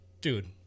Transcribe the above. dude